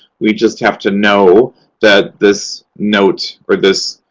we just have to know that this note or this